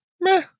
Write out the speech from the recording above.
meh